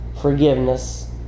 forgiveness